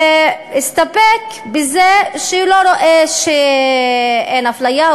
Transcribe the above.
והסתפק בזה שהוא לא רואה שאין אפליה,